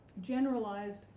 generalized